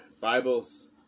Bibles